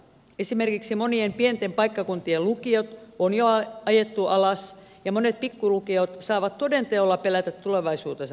esimerkiksi monien pienten paikkakuntien lukiot on jo ajettu alas ja monet pikkulukiot saavat toden teolla pelätä tulevaisuutensa puolesta